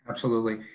absolutely.